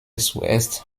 zuerst